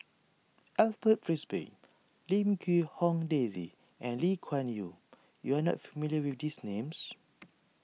Alfred Frisby Lim Quee Hong Daisy and Lee Kuan Yew you are not familiar with these names